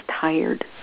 tired